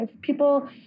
people